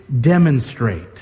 demonstrate